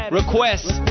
requests